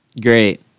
Great